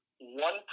one